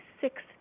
six